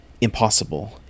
impossible